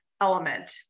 element